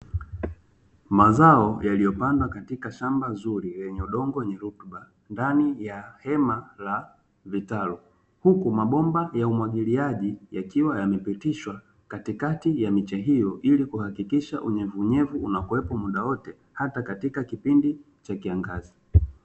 Mazao yaliyopandwa katika shamba zuri lenye udongo wenye rutuba, ndani ya hema la vitalu, huku mabomba ya umwagiliaji yakiwa yamepitishwa katikati ya miche hiyo ilikuhakikisha unyevu unyevu unakuwepo muda wote hata katika kipindi cha kiangazi.